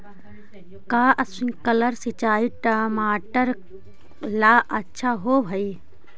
का स्प्रिंकलर सिंचाई टमाटर ला अच्छा होव हई?